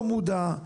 לא מודע,